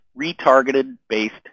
retargeted-based